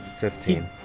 Fifteen